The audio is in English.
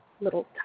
little